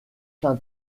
ste